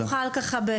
אם תוכל בשלוש,